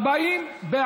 סעיפים 1 5 נתקבלו.